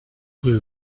rue